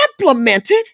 implemented